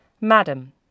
Madam